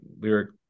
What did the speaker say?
lyric